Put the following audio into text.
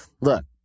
Look